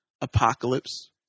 Apocalypse